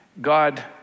God